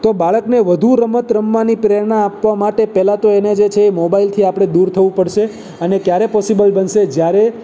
તો બાળકને વધુ રમત રમવાની પ્રેરણા આપવા માટે પહેલાં તો એને જે છે મોબાઈલથી આપણે દૂર થવું પડશે અને ક્યારે પોસિબલ બનશે જ્યારે